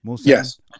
Yes